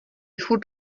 furt